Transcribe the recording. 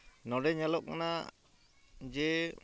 ᱱᱚᱰᱮ ᱧᱮᱞᱚᱜ ᱠᱟᱱᱟ ᱡᱮ